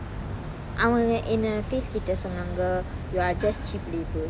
அவங்க என்ன:avanga enna face கிட்ட சொன்னாங்க:kitta sonnanga you are just cheap labour